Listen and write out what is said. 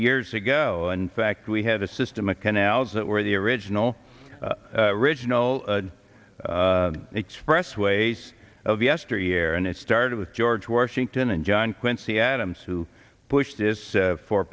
years ago and fact we had a system a canals that were the original riginal expressways of yesteryear and it started with george washington and john quincy adams who pushed this